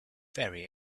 very